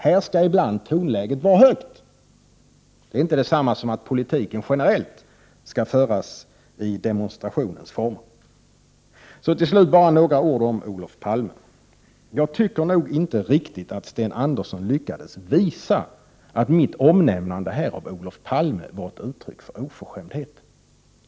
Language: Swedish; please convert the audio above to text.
Här skall ibland tonläget vara högt. Det är inte detsamma som att politiken generellt skall föras i demonstrationens former. Till slut några ord om Olof Palme. Jag tycker nog inte att Sten Andersson riktigt lyckades visa att mitt omnämnande här av Olof Palme var ett uttryck för oförskämdhet.